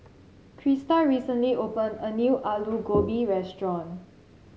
Crista recently opened a new Aloo Gobi restaurant